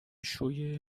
شوی